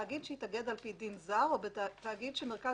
תאגיד שהתאגד על פי דין זר או תאגיד שמרכז